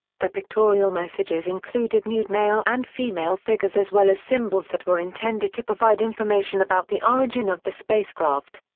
the pictorial messages included nude male and female figures as well as symbols that were intended to provide information about the origin of the spacecraft.